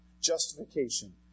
Justification